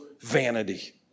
vanity